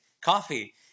coffee